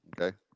Okay